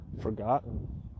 forgotten